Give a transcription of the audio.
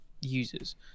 users